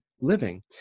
living